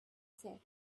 said